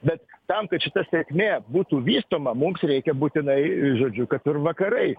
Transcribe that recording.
bet tam kad šita sėkmė būtų vystoma mums reikia būtinai žodžiu kad ir vakarai